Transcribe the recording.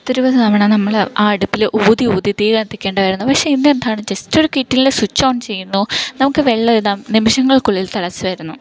പത്തിരുപത് തവണ നമ്മൾ ആ അടുപ്പിൽ ഊതി ഊതി തീകത്തിക്കേണ്ട വരുന്നു പക്ഷേ ഇന്നെന്താണ് ജെസ്റ്റൊരു കെറ്റിൽല് സ്വിച്ച് ഓൺ ചെയ്യുന്നു നമുക്ക് വെള്ളമിതാ നിമിഷങ്ങൾക്കുള്ളിൽ തിളച്ചു വരുന്നു